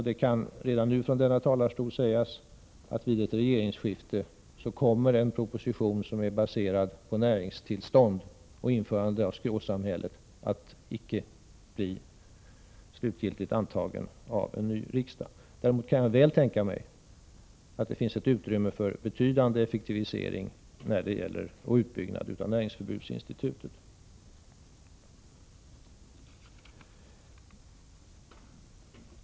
Det kan redan nu från denna talarstol sägas att vid ett regeringsskifte kommer en proposition som är baserad på näringstillstånd och införande av skråsamhället icke att bli slutgiltigt antagen av en ny riksdag. Däremot kan jag väl tänka mig att det finns ett utrymme för betydande effektivisering och utbyggnad av näringsförbudsinstitutet.